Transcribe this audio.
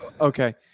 Okay